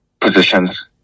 positions